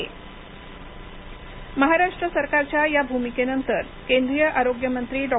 हर्षवर्धन महाराष्ट्र सरकारच्या या भुमिकेनंतर केंद्रीय आरोग्यमंत्री डॉ